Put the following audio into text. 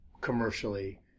commercially